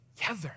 together